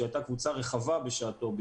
שהייתה קבוצה רחבה בשעתו,